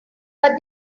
but